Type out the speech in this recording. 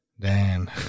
Dan